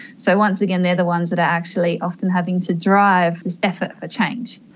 so once again they are the ones that are actually often having to drive this effort for change.